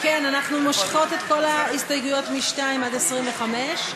אנחנו מושכות את כל ההסתייגות מ-2 עד 25,